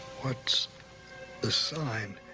what's the sign